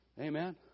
Amen